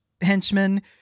henchmen